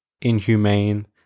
inhumane